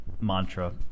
mantra